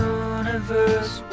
universe